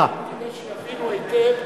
כדי שיבינו היטב,